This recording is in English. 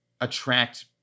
attract